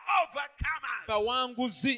overcomers